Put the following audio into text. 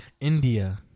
India